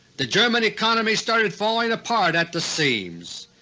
the german economy started falling apart at the seams.